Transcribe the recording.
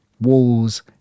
walls